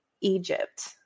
Egypt